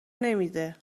نمیده